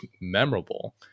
memorable